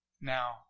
Now